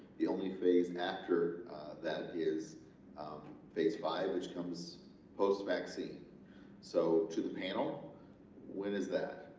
the only phase after that is um phase five which comes post vaccine so to the panel when is that?